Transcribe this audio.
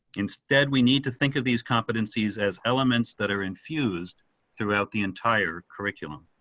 instead, we need to think of these competencies as elements that are infused throughout the entire curriculum.